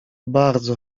bardzo